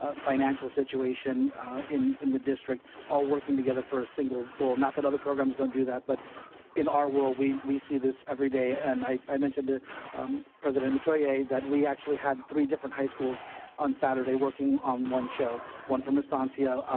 ah financial situation in in the district all working together for a single goal. not that other programs don't do that, but in our world, we we see this everyday, and i mentioned to um president metoyer that we actually had three different high schools on saturday working on one show, one from estancia,